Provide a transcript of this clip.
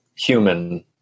human